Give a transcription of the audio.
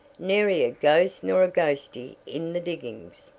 nary a ghost nor a ghostie in the diggings.